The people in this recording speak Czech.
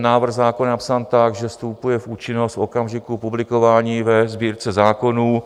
Návrh zákona je napsán tak, že vstupuje v účinnost v okamžiku publikování ve Sbírce zákonů.